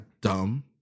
dumb